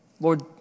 Lord